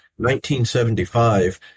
1975